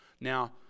Now